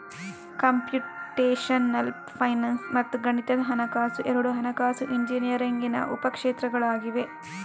computational finance ಮತ್ತು ಗಣಿತದ ಹಣಕಾಸು ಎರಡೂ ಹಣಕಾಸು ಇಂಜಿನಿಯರಿಂಗಿನ ಉಪ ಕ್ಷೇತ್ರಗಳಾಗಿವೆ